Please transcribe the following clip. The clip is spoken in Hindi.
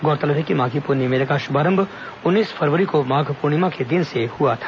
गौरतलब है कि माघी पुन्नी मेले का शुभारंभ उन्नीस फरवरी को माघ पूर्णिमा के दिन से हुआ था